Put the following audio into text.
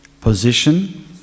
position